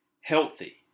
healthy